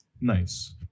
Nice